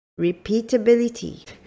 Repeatability